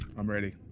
i'm ready.